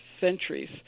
centuries